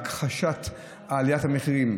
הכחשת העלייה של המחירים.